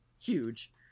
huge